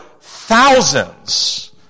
thousands